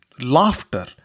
laughter